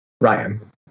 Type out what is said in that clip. Ryan